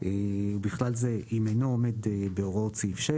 ובכלל זה אם אינו עומד בהוראות סעיף 6,